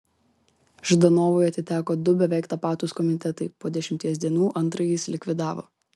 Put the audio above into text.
ždanovui atiteko du beveik tapatūs komitetai po dešimties dienų antrąjį jis likvidavo